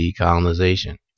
decolonization